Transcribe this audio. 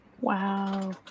wow